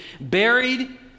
buried